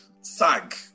SAG